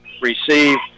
receive